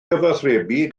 cyfathrebu